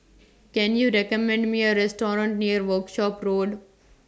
Can YOU recommend Me A Restaurant near Workshop Road